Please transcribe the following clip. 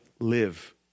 Live